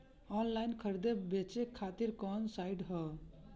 Online खरीदे बेचे खातिर कवन साइड ह?